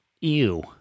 Ew